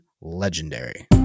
legendary